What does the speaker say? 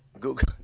Google